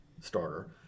Starter